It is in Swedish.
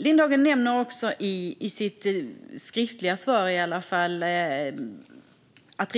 Lindhagen nämner också i sitt skriftliga svar att